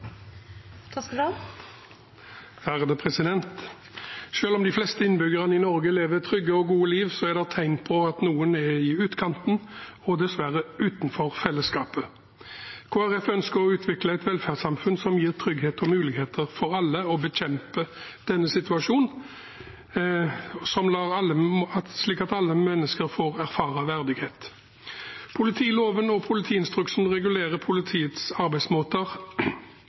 det tegn på at noen er i utkanten og dessverre utenfor fellesskapet. Kristelig Folkeparti ønsker å utvikle et velferdssamfunn som gir trygghet og muligheter for alle, og å bekjempe denne situasjonen, slik at alle mennesker får erfare verdighet. Politiloven og politiinstruksen regulerer politiets arbeidsmåter.